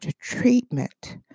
treatment